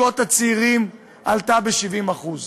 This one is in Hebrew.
מאזרחי ישראל שעברו את גיל 65 וכבר לא יצטרכו את אותה דירה גדולה,